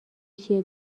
چیه